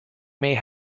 may